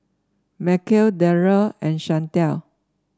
Mykel Darrell and Shantell